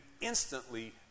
instantly